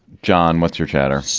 john, what's your catorce?